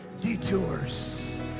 detours